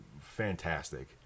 fantastic